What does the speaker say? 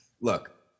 Look